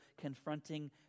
confronting